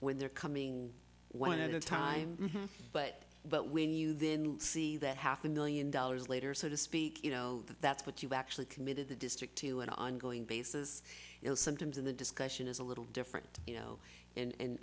when they're coming one at a time but but when you then see that half a million dollars later so to speak you know that that's what you actually committed the district to an ongoing basis you know sometimes in the discussion is a little different you know and